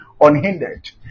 unhindered